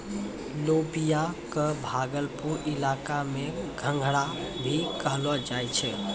लोबिया कॅ भागलपुर इलाका मॅ घंघरा भी कहलो जाय छै